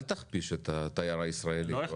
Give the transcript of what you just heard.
אל תכפיש את התייר הישראלי.